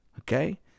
Okay